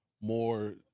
more